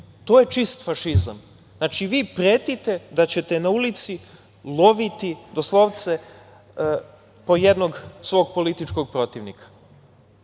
To je čist fašizam. Dakle, vi pretite da ćete na ulici loviti, doslovce, po jednog svog političkog protivnika.